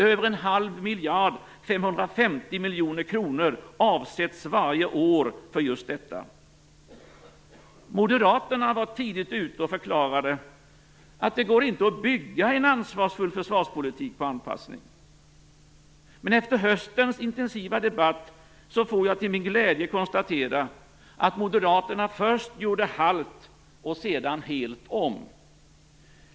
Över en halv miljard, 550 miljoner kronor, avsätts varje år för just detta. Moderaterna var tidigt ute och förklarade att det inte går att bygga en ansvarsfull försvarspolitik på anpassning. Men efter höstens intensiva debatt får jag till min glädje konstatera att moderaterna först gjorde halt och sedan helt om.